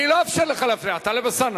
אני לא אאפשר לך להפריע, טלב אלסאנע.